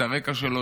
את הרקע שלו,